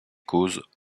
causes